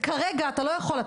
כרגע אתה לא יכול.